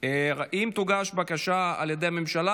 אם תוגש בקשה על ידי הממשלה,